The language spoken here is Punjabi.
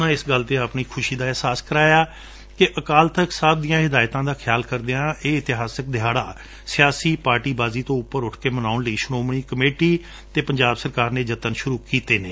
ਉਨ੍ਹਾਂ ਇਸ ਗੱਲ ਤੇ ਆਪਣੀ ਖੁਸ਼ੀ ਦਾ ਇਹਸਾਸ ਕਰਵਾਇਆ ਕਿ ਅਕਾਲ ਤਖ਼ਤ ਸਾਹਿਬ ਦੀਆ ਹਿਦਾਇਤਾ ਦਾ ਖਿਆਲ ਕਰਦਿਆ ਇਹ ਇਤਿਹਾਸਕ ਦਿਹਾੜਾ ਸਿਆਸੀ ਪਾਰਟੀਬਾਜ਼ੀ ਤੋਂ ਉਪਰ ਉਠ ਕੇ ਮਨਾਉਣ ਲਈ ਸ੍ਰੋਮਣੀ ਕਮੇਟੀ ਅਤੇ ਪੰਜਾਬ ਸਰਕਾਰ ਨੇ ਜਤਨ ਅਰੰਭੇ ਨੇ